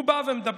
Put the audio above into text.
הוא בא ומדבר,